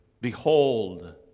Behold